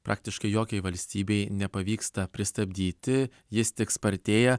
praktiškai jokiai valstybei nepavyksta pristabdyti jis tik spartėja